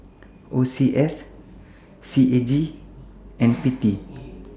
O C S C A G and P T